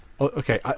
Okay